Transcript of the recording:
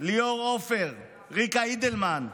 ליאור עופר, ריקה אידלמן,